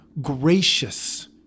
gracious